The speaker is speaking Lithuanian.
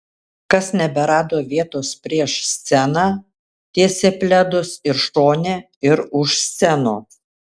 kas neberado vietos prieš sceną tiesė pledus ir šone ir už scenos